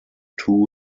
two